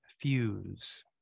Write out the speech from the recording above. fuse